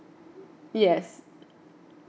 yes